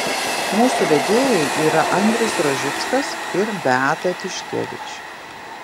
mūsų vedėjai yra andrius rožickas ir beata tiškevič